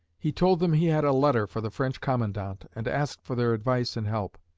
he told them he had a letter for the french commandant and asked for their advice and help.